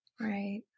Right